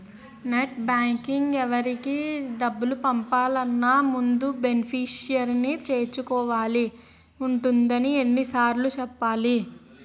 net బాంకింగ్లో ఎవరికి డబ్బులు పంపాలన్నా ముందు బెనిఫిషరీని చేర్చుకోవాల్సి ఉంటుందని ఎన్ని సార్లు చెప్పాలి